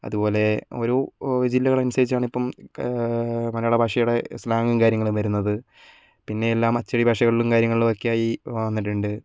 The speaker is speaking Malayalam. അതുപോലെ ഓരോ ജില്ലകൾ അനുസരിച്ചാണ് ഇപ്പം മലയാള ഭാഷയുടെ സ്ലാങ്ങും കാര്യങ്ങളും വരുന്നത് പിന്നെ എല്ലാം അച്ചടി ഭാഷകളിലും കാര്യങ്ങളിലുമൊക്കെ ആയി വന്നിട്ടുണ്ട്